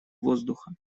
воздуха